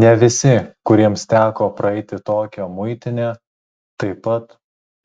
ne visi kuriems teko praeiti tokią muitinę taip pat